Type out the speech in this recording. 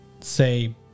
say